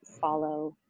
follow